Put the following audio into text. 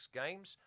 games